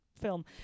film